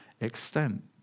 extent